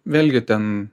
vėlgi ten